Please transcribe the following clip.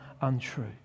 untrue